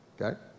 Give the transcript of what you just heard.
Okay